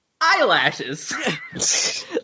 Eyelashes